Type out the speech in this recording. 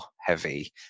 heavy